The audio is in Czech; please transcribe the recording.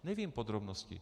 Nevím podrobnosti.